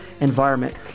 environment